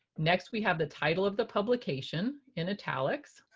next we have the title of the publication in italics,